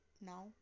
Now